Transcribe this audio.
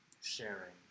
sharing